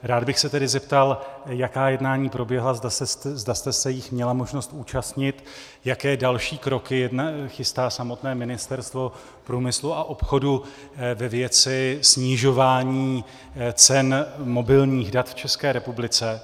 Rád bych se tedy zeptal, jaká jednání proběhla, zda jste se jich měla možnost účastnit, jaké další kroky chystá samotné Ministerstvo průmyslu a obchodu ve věci snižování cen mobilních dat v České republice.